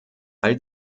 all